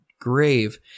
grave